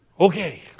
Okay